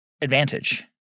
advantage